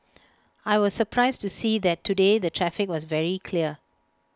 I was surprised to see that today the traffic was very clear